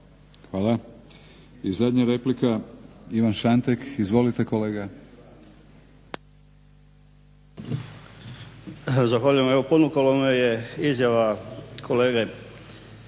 Hvala. I zadnja replika, Ivan Šantek. Izvolite kolega. **Šantek, Ivan (HDZ)** Zahvaljujem. Evo ponukala me je izjava kolege